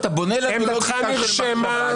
אתה בונה לנו לוגיקה --- עמדתך נרשמה.